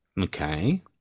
okay